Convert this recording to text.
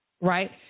Right